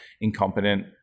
incompetent